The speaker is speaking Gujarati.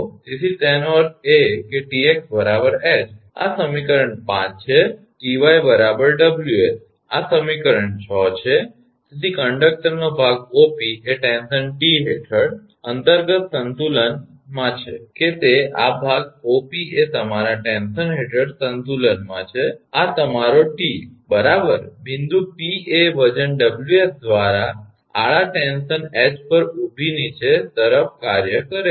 તેથી તેનો અર્થ એ છે કે 𝑇𝑥 𝐻 આ સમીકરણ 5 છે જે મેં તમને કહ્યું છે અને 𝑇𝑦 𝑊𝑠 આ સમીકરણ 6 છે તેથી કંડક્ટરનો ભાગ 𝑂𝑃 એ ટેન્શન 𝑇 હેઠળ અંતર્ગત સંતુલન માં છે કે તે આ ભાગ 𝑂𝑃 એ તમારા ટેન્શન હેઠળ સંતુલનમાં છે તમારો 𝑇 બરાબર બિંદુ 𝑃 એ વજન Ws આડા ટેન્શન 𝐻 પર ઊભી નીચે તરફ કાર્ય કરે છે